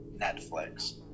Netflix